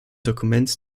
dokuments